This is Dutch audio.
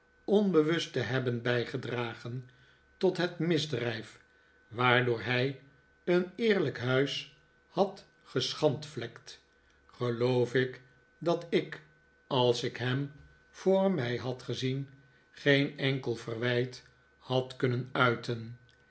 onbewust te hebben bijgedragen tot het misdrijf waardoor hij een eerlijk huis had geschandvlekt geloof ik dat ik als ik hem voor mij had gezien geen enkel verwijt had kunnen droevige plannen uiten